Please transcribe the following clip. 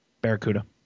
Barracuda